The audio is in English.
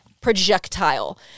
projectile